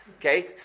okay